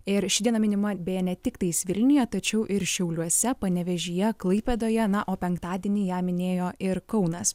ir ši diena minima beje ne tiktais vilniuje tačiau ir šiauliuose panevėžyje klaipėdoje na o penktadienį ją minėjo ir kaunas